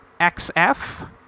XF